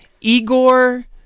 Igor